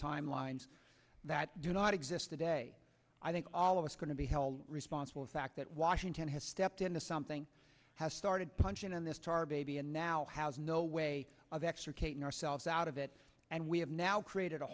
timelines that do not exist today i think all of us going to be held responsible in fact that washington has stepped into something has started punching on this tar baby and now has no way of extricating ourselves out of it and we have now created a